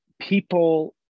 people